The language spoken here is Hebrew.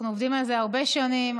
אנחנו עובדים על זה הרבה שנים.